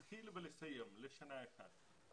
להתחיל ולסיים, לשנה אחת.